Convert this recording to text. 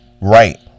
Right